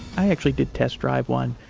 i actually did test drive one.